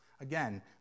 again